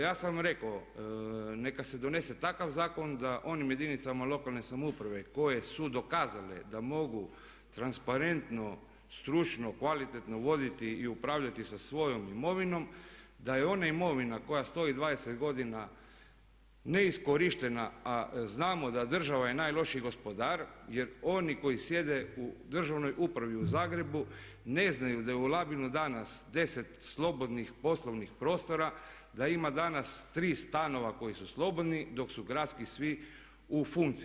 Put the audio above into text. Ja sam rekao neka se donese takav zakon da onim jedinicama lokalne samouprave koje su dokazale da mogu transparentno, stručno, kvalitetno voditi i upravljati sa svojom imovinom, da je ona imovina koja stoji 20 godina neiskorištena, a znamo da država je najlošiji gospodar jer oni koji sjede u Državnoj upravi u Zagrebu ne znaju da je u Labinu danas 10 slobodnih poslovnih prostora, da ima danas 3 stana koji su slobodni dok su gradski svi u funkciji.